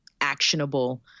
actionable